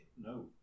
no